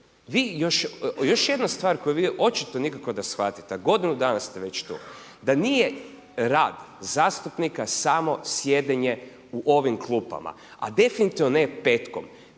još jedna stvar koju vi očito nikako da shvatite a godinu dana ste već tu da nije rad zastupnika samo sjedenje u ovim klupama a definitivno ne petkom.